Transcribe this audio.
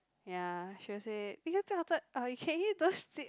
ya she will say eh you all uh can you don't split